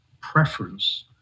preference